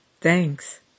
Thanks